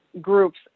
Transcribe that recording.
groups